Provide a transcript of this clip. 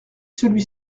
celui